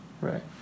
Right